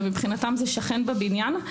ומבחינתם זה שכן בבניין.